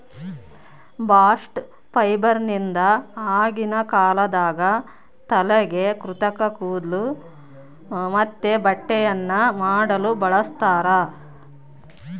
bast ಫೈಬರ್ನಿಂದ ಆಗಿನ ಕಾಲದಾಗ ತಲೆಗೆ ಕೃತಕ ಕೂದ್ಲು ಮತ್ತೆ ಬಟ್ಟೆಯನ್ನ ಮಾಡಲು ಬಳಸ್ತಾರ